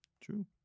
True